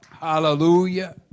hallelujah